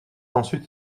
ensuite